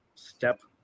step